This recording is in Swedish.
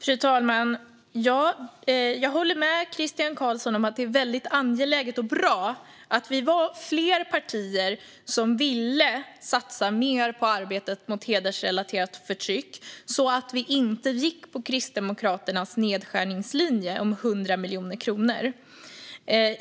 Fru talman! Jag håller med Christian Carlsson om att det var angeläget och bra att vi var flera partier som ville satsa mer på arbetet mot hedersrelaterat förtryck så att vi inte gick på Kristdemokraternas linje om nedskärningar med 100 miljoner kronor.